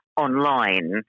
online